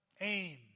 aim